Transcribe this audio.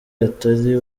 atari